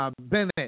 Bennett